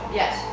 yes